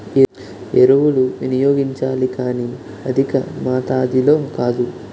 ఎరువులు వినియోగించాలి కానీ అధికమాతాధిలో కాదు